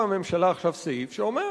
הממשלה הוסיפה עכשיו סעיף שאומר: